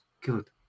Good